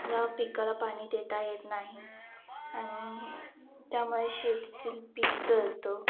ह्या पिकाला पाणी देता येत नाही आणि त्यामुळे शेतीतील पीक जळतं